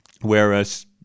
whereas